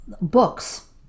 books